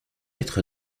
être